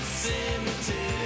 cemetery